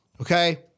Okay